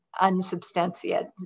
unsubstantiated